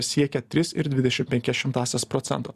siekia tris ir dvidešim penkias šimtąsias procento